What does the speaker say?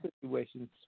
situations